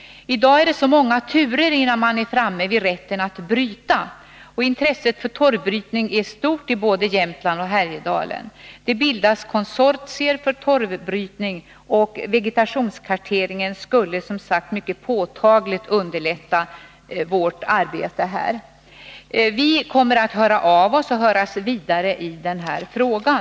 Det är många turer innan man är framme vid rätten att bryta. Intresset för torvbrytning är stort i både Jämtland och Härjedalen — det bildas konsortier för torvbrytning, och vegetationskarteringen skulle, som sagt, mycket påtagligt underlätta vårt arbete. Vi kommer att höra av oss vidare i den här frågan.